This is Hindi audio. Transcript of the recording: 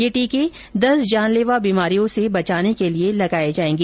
ये टीके दस जानलेवा बीमारियों से बचाने के लिए लगाये जा रहे है